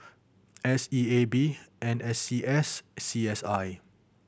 S E A B N S C S C S I